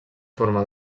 forma